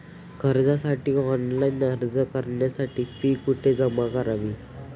कर्जासाठी ऑनलाइन अर्ज करण्यासाठी फी कुठे जमा करावी?